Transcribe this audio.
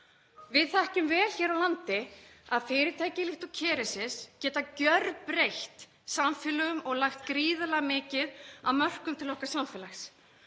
Við þekkjum vel hér á landi að fyrirtæki líkt og Kerecis geta gjörbreytt samfélögum og lagt gríðarlega mikið af mörkum til okkar samfélags.